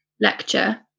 lecture